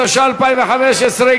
התשע"ה 2015,